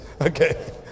Okay